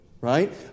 right